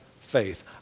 faith